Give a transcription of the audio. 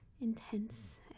intense